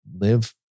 live